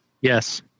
Yes